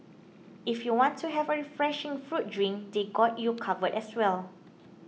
if you want to have a refreshing fruit drink they got you covered as well